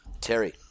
Terry